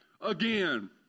again